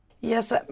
Yes